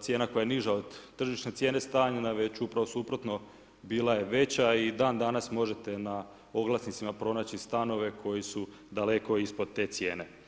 cijena koja je niža od tržišne cijene … na već upravo suprotno, bila je veća i dan danas možete na oglasnicima pronaći stanove koji su daleko ispod te cijene.